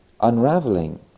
unraveling